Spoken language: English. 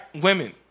women